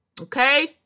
okay